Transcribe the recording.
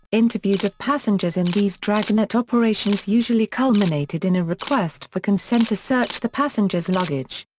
interviews of passengers in these dragnet operations usually culminated in a request for consent to search the passenger's luggage.